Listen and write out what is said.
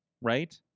Right